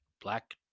black